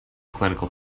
clinical